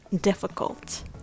difficult